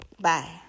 Bye